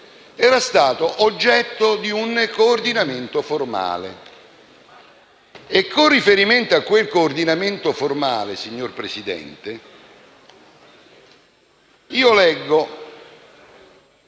era stato oggetto di un coordinamento formale. E con riferimento a quel coordinamento formale, signor Presidente, leggo